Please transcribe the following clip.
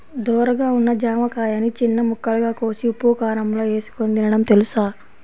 ధోరగా ఉన్న జామకాయని చిన్న ముక్కలుగా కోసి ఉప్పుకారంలో ఏసుకొని తినడం తెలుసా?